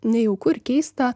nejauku ir keista